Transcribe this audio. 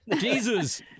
Jesus